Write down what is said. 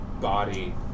body